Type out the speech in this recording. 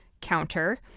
counter